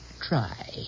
Try